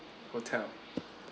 hotel